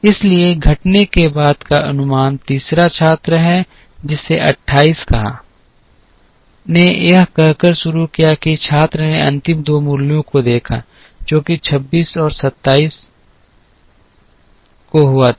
इसलिए घटने के बाद का अनुमान तीसरा छात्र है जिसने 28 कहा ने यह कहकर शुरू किया कि छात्र ने अंतिम 2 मूल्यों को देखा जो कि 26 और 27 को हुआ था